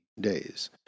days